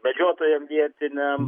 medžiotojam vietiniam